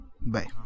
bye